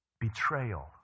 Betrayal